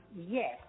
Yes